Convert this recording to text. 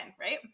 right